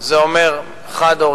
זה אומר חד-הוריות,